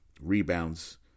rebounds